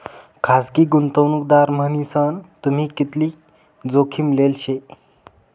खासगी गुंतवणूकदार मन्हीसन तुम्ही कितली जोखीम लेल शे